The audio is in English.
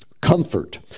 Comfort